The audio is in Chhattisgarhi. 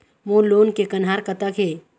मोर लोन के कन्हार कतक हे?